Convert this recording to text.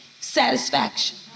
satisfaction